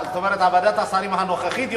זאת אומרת שוועדת השרים הנוכחית,